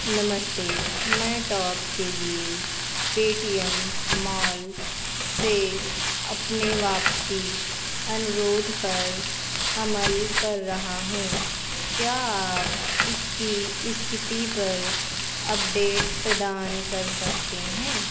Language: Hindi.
नमस्ते मैं टॉप के लिए पेटीएम मॉल से अपने वापसी अनुरोध पर अमल कर रहा हूँ क्या आप इसकी इस्थिति पर अपडेट प्रदान कर सकते हैं